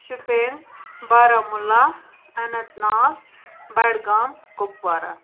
Shopian Baramulla Anantnag Budgam Kupwara